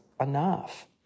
enough